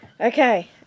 Okay